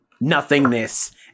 nothingness